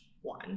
one